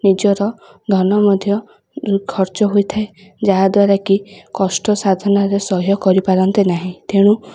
ନିଜର ଧନ ମଧ୍ୟ ଖର୍ଚ୍ଚ ହୋଇଥାଏ ଯାହାଦ୍ୱାରା କି କଷ୍ଟ ସାଧନାରେ ସହ୍ୟ କରିପାରନ୍ତେ ନାହିଁ ତେଣୁ